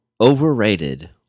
Overrated